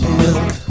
milk